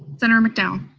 senator mcdowell?